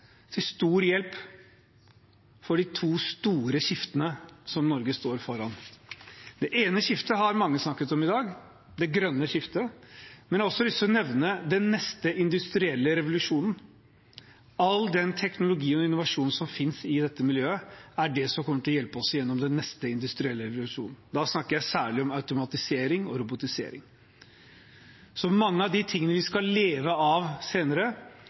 til stor hjelp for de to store skiftene som Norge står foran. Det ene skiftet har mange snakket om i dag, det grønne skiftet. Men jeg har også lyst til å nevne den neste industrielle revolusjonen – all den teknologien og innovasjonen som finnes i dette miljøet, er det som kommer til å hjelpe oss gjennom den neste industrielle revolusjonen. Da snakker jeg særlig om automatisering og robotisering. Mange av de tingene vi skal leve av senere,